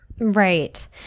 Right